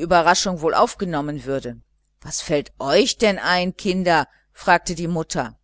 überraschung wohl aufgenommen würde was fällt euch denn ein kinder fragte die mutter